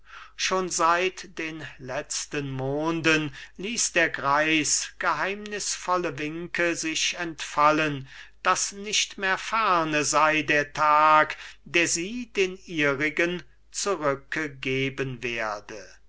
schon seit den letzten monden ließ der greis geheimnißvolle winke sich entfallen daß nicht mehr ferne sei der tag der sie den ihrigen zurücke geben werde